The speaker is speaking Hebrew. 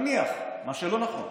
מה שלא נכון,